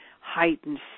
heightened